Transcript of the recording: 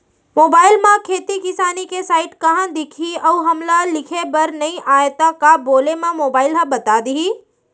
Mobile म खेती किसानी के साइट कहाँ दिखही अऊ हमला लिखेबर नई आय त का बोले म मोबाइल ह बता दिही?